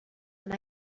and